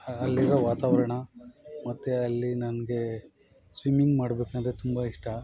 ಅಲ್ಲಿರೊ ವಾತಾವರಣ ಮತ್ತು ಅಲ್ಲಿ ನನಗೆ ಸ್ವಿಮ್ಮಿಂಗ್ ಮಾಡಬೇಕೆಂದ್ರೆ ತುಂಬ ಇಷ್ಟ